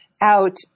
out